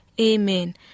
Amen